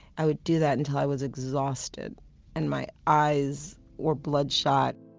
i would do that until i was exhausted and my eyes were bloodshot